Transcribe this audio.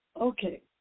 okay